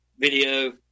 Video